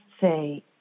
say